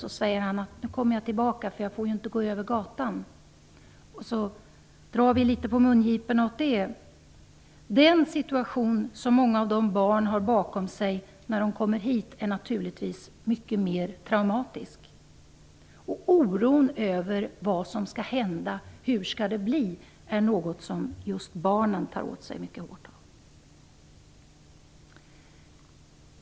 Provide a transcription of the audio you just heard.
Sedan säger han: Nu kommer jag tillbaka, för jag får inte gå över gatan. Vi drar litet på mungiporna åt det. Den situation som många barn har bakom sig när de kommer hit är naturligtvis mycket mera traumatisk. Oron över vad som skall hända, hur det skall bli, är något som just barnen mycket hårt tar till sig.